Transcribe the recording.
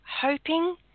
hoping